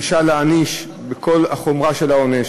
דרישה להעניש בכל החומרה של העונש.